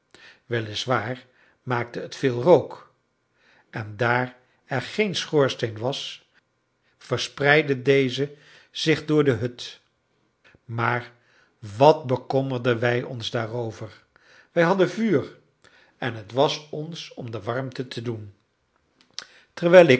wel is waar maakte het veel rook en daar er geen schoorsteen was verspreidde deze zich door de hut maar wat bekommerden wij ons daarover wij hadden vuur en het was ons om de warmte te doen terwijl ik